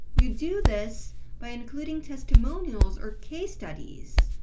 you do this by including testimonials or case studies,